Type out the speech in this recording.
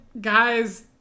Guys